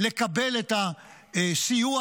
לקבל את הסיוע,